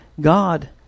God